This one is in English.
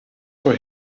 for